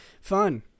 Fun